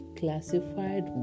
classified